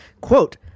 Quote